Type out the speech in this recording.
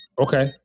Okay